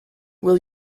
will